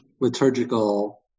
liturgical